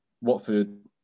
Watford